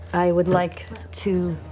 i would like to.